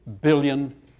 billion